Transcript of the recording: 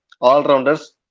All-Rounders